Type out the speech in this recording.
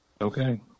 Okay